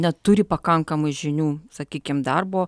neturi pakankamai žinių sakykim darbo